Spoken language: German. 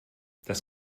das